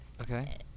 okay